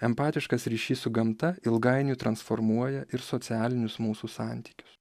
empatiškas ryšys su gamta ilgainiui transformuoja ir socialinius mūsų santykius